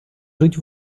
жить